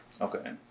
Okay